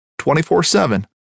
24-7